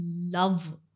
love